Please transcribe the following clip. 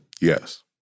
Yes